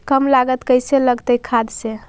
कम लागत कैसे लगतय खाद से?